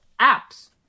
apps